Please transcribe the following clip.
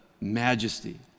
majesty